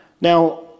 Now